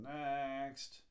next